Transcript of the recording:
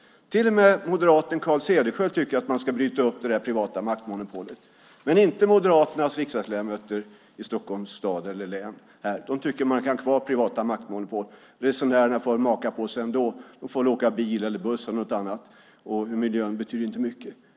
Till och med moderaten Carl Cederschiöld tycker att man ska bryta upp det privata maktmonopolet, men det gör inte Moderaternas riksdagsledamöter i Stockholms stad eller län. De tycker att man kan ha kvar privata maktmonopol. Resenärerna får väl maka på sig ändå. De får väl åka bil, buss eller något annat, och miljön betyder inte mycket.